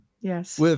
Yes